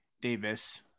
Davis